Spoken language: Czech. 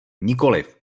nikoliv